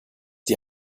die